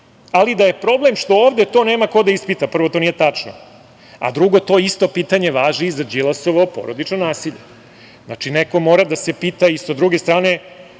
ali da je problem što ovde to nema ko da ispita. Prvo, to nije tačno. A, drugo, to isto pitanje važi i za Đilasovo porodično nasilje. Znači, neko mora da se pita. Neko se pita